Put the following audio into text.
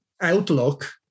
outlook